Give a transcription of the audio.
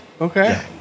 Okay